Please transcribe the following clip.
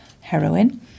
heroin